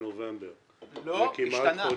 היה מוכן בנובמבר, זה כמעט חודשיים.